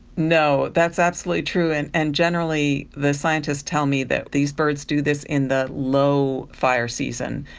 no, that's absolutely true, and and generally the scientists tell me that these birds do this in the low fire season.